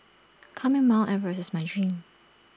climbing mount Everest is my dream